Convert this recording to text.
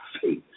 faith